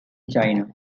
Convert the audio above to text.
china